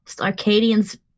Arcadian's